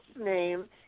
name